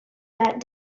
that